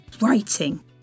writing